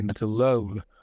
alone